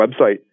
website